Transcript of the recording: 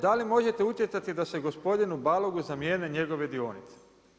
Da li možete utjecati da se gospodinu Blaogu zamjene njegove dionice?